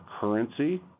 currency